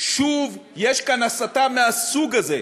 שוב יש כאן הסתה מהסוג הזה.